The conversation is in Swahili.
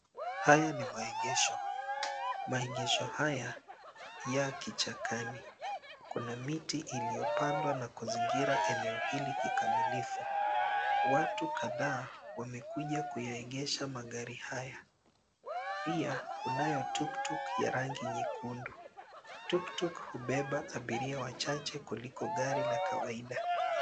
Haya ni maegesho, maegesho haya ya kichakani. Kuna miti iliyopandwa na kuzingira eneo hili kikamilifu. Watu kadhaa wamekuja kuyaegesha magari haya. Pia kunayo tuktuk ya rangi nyekundu. Tuktuk hubeba abiria wachache kuliko gari la kawaida.